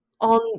on